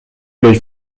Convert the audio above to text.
l’œil